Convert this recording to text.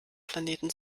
planeten